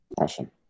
Awesome